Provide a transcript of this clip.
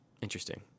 Interesting